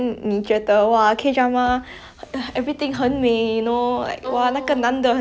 看了你也是觉得 oh maybe 有一天我会遇到这样的一个男 but you know like